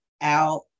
out